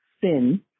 thin